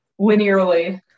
linearly